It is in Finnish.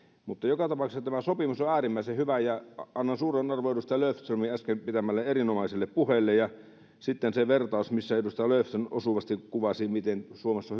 mutta joka tapauksessa tämä sopimus on äärimmäisen hyvä ja annan suuren arvon edustaja löfströmin äsken pitämälle erinomaiselle puheelle sitten se vertaus missä edustaja löfström osuvasti kuvasi miten suomessa